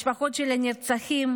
המשפחות של הנרצחים,